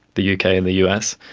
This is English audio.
the uk and the us.